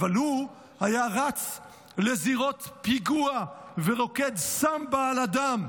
אבל הוא היה רץ לזירות פיגוע ורוקד סמבה על הדם.